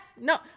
no